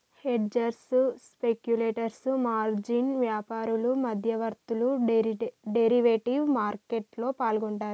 hedgers, speculators, margin వ్యాపారులు, మధ్యవర్తులు derivative మార్కెట్లో పాల్గొంటరు